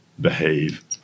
behave